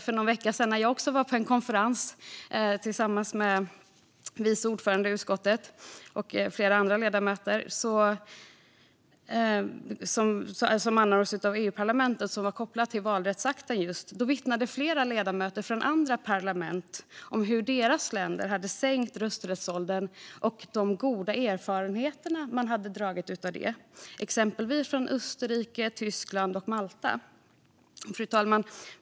För någon vecka sedan var jag, vice ordföranden i utskottet och flera andra ledamöter på en konferens anordnad av EU-parlamentet som var kopplad till valrättsakten. Där vittnade flera ledamöter från andra parlament om hur deras länder sänkt rösträttsåldern och om de goda erfarenheter man hade av det från exempelvis Österrike, Tyskland och Malta. Fru talman!